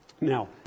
Now